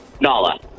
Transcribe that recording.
Nala